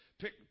Pick